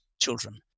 children